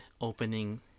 opening